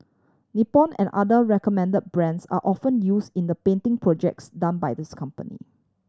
Nippon and other recommend brands are often use in the painting projects done by this company